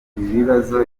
bibazo